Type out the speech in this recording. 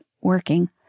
working